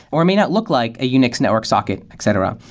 or may not look like a unix network socket, etc.